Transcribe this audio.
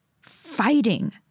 fighting